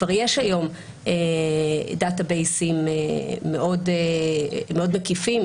כבר יש היוםdatabases מאוד מקיפים,